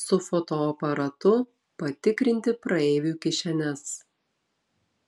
su fotoaparatu patikrinti praeivių kišenes